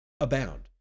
abound